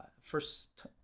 first